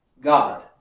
God